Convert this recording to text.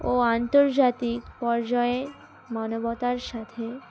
ও আন্তর্জাতিক পর্যায়ে মানবতার সাথে